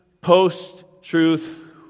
post-truth